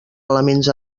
elements